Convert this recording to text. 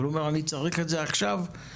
אבל הוא אומר: אני צריך את זה עכשיו כדי